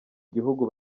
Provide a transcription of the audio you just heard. gihugu